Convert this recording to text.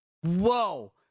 Whoa